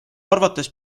arvates